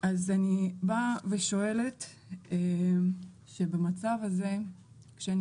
אז אני באה ושואלת שבמצב הזה כשאני